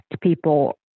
people